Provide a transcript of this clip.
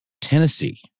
Tennessee